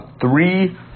three